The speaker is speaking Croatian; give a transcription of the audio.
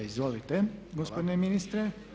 Izvolite gospodine ministre.